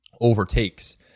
overtakes